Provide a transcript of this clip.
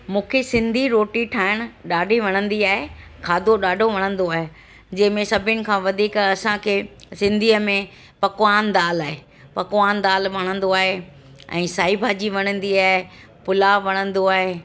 मूंखे सिंधी रोटी ठाहिणु ॾाढी वणंदी आहे खाधो ॾाढो वणंदो आहे जंहिंमें सभिनि खां वधीक असांखे सिंधीअ में पकवानु दालि आहे पकवानु दालि वणंदो आहे ऐं साई भाॼी वणंदी आहे पुलाव वणंदो आहे